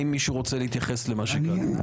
אם מישהו רוצה להתייחס למה שקראתי?